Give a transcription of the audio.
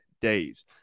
days